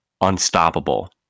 unstoppable